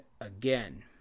again